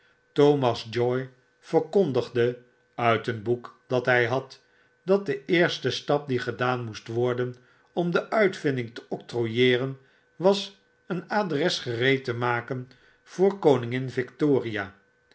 thomas joy verkondigde uit een boek dat hij had dat de eerste stap die gedaan moest worden om de uitvinding te octrooieeren was een adres gereed te maken voor